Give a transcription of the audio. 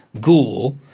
Ghoul